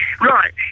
Right